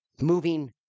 moving